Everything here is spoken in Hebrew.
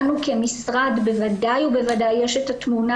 לנו כמשרד בוודאי ובוודאי יש את התמונה